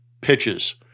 pitches